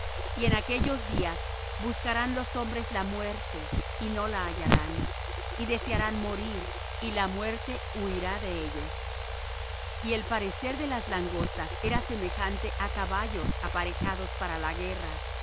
y en aquellos días buscarán los hombres la muerte y no la hallarán y desearán morir y la muerte huirá de ellos y el parecer de las langostas era semejante á caballos aparejados para la guerra